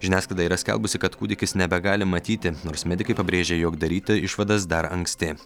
žiniasklaida yra skelbusi kad kūdikis nebegali matyti nors medikai pabrėžia jog daryti išvadas dar anksti